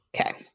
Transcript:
okay